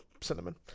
cinnamon